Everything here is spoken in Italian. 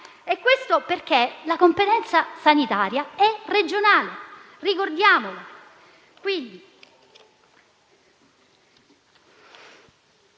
perché la competenza sanitaria è regionale. Ricordiamolo.